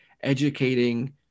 educating